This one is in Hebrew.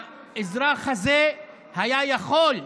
האזרח הזה היה יכול,